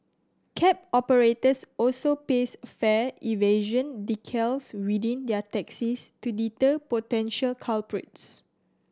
cab operators also paste fare evasion decals within their taxis to deter potential culprits